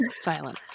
Silence